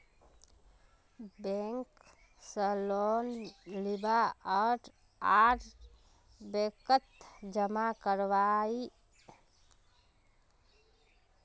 bank स loan लीबा आर बैंकत जमा करवार जानकारी लिबार तने बैंक एजेंटक पूछुवा हतोक